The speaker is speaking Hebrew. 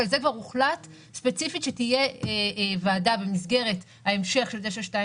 ועל זה כבר הוחלט ספציפית שתהיה ועדה במסגרת המשך 922